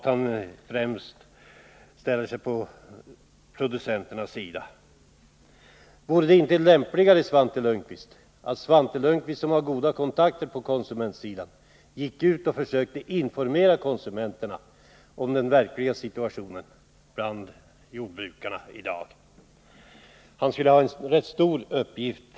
Han ställer sig främst på producenternas sida, menar Svante Lundkvist. Vore det inte lämpligare, Svante Lundkvist, att Svante Lundkvist som har goda kontakter på konsumentsidan ginge ut och försökte informera konsumenterna om den verkliga situationen bland dagens jordbrukare? Det skulle vara en rätt stor uppgift.